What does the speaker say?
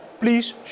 Please